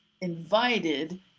invited